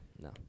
No